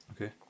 okay